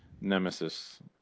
Nemesis